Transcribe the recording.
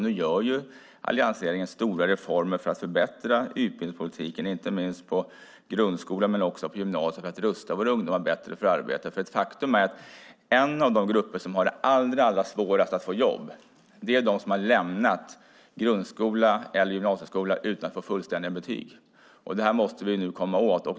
Nu genomför alliansregeringen stora reformer för att förbättra utbildningen, inte minst i grundskolan men också på gymnasiet, för att rusta våra ungdomar bättre för arbete. Ett faktum är att en av de grupper som har allra svårast att få jobb är de som har lämnat grundskola eller gymnasieskola utan fullständiga betyg. Det här måste vi komma åt.